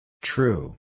True